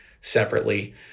separately